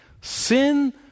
Sin